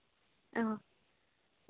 ᱚ